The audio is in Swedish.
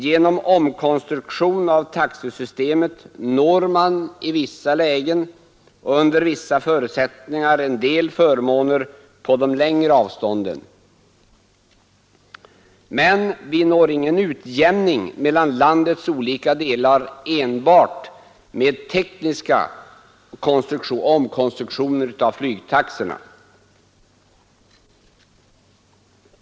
Genom omkonstruktionen av taxesystemet når man i vissa lägen och under vissa förutsättningar en del förmåner på de längre avstånden. Men vi når ingen utjämning mellan landets olika delar enbart med tekniska omkonstruktioner av flygtaxorna.